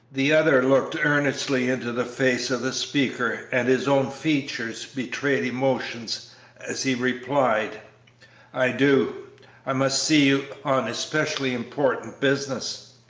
the other looked earnestly into the face of the speaker, and his own features betrayed emotion as he replied i do i must see you on especially important business.